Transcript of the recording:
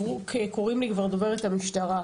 קוראים לי כבר דוברת המשטרה,